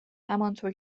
همانطور